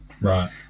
right